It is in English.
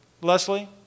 Leslie